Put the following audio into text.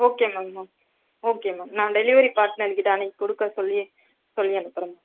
okay ma'am okay okay ma'am நான் நான் delivery partner கிட்டே அன்றைக்கி கொடுக்க சொல்லி சொல்லி அனுப்புகிறேன் மேம்